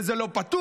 וזה לא פתוח,